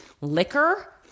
liquor